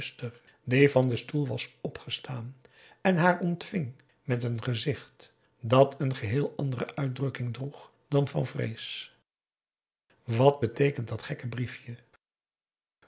die van den stoel was opgestaan en haar ontving met een gezicht dat een geheel andere uitdrukking droeg dan van vrees wat beteekent dat gekke briefje